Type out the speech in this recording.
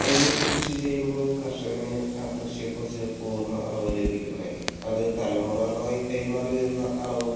ഒരു കൃഷി ചെയ്യുമ്പോൾ കർഷകന് ആ കൃഷിയെക്കുറിച്ച് പൂർണ്ണ അറിവ് ലഭിക്കുന്നതായിരിക്കും അത് തലമുറകളായി കൈമാറി വരുന്ന അറിവും